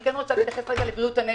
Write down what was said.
אני רוצה להתייחס לבריאות הנפש.